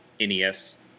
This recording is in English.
NES